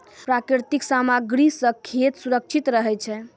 प्राकृतिक सामग्री सें खेत सुरक्षित रहै छै